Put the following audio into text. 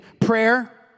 Prayer